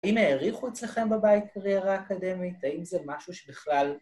האם העריכו אצלכם בבית קריירה אקדמית? האם זה משהו שבכלל...